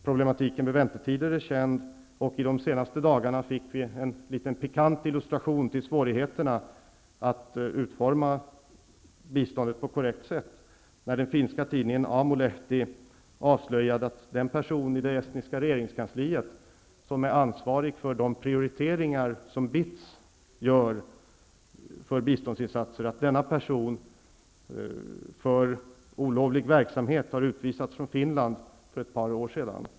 Problematiken med väntetider är känd, och de senaste dagarna fick vi en pikant illustration till svårigheterna att utforma biståndet på ett korrekt sätt, när den finska tidningen Aamulehti avslöjade att den person i det estniska regeringskansliet som är ansvarig för de prioriteringar som BITS gör för biståndsinsatser, hade utvisats från Finland för olovlig verksamhet för ett par år sedan.